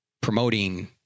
promoting